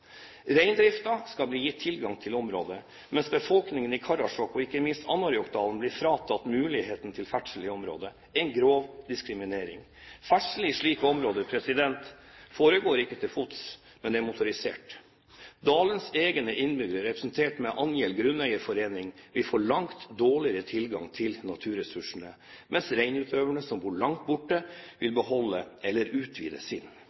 skal bli gitt tilgang til området, mens befolkningen i Karasjok og ikke minst i Anárjohkadalen blir fratatt muligheten til ferdsel i området – en grov diskriminering. Ferdsel i slike områder foregår ikke til fots, men er motorisert. Dalens egne innbyggere, representert med Annjel Grunneierforening, vil få langt dårligere tilgang til naturressursene, mens reindriftsutøvere som bor langt borte, vil få beholde eller utvide sin